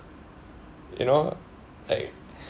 you know like